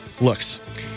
looks